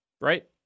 right